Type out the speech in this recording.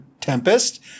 Tempest